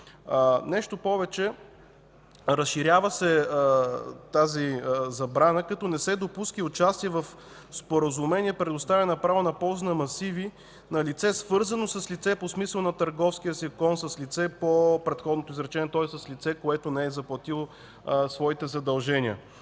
Нещо повече, тази забрана се разширява, като не се допуска и участие в споразумение, предоставяне на право на ползване на масиви на лице, свързано с лице по смисъла на Търговския закон с лице по предходното изречение, тоест с лице, което не е заплатило своите задължения.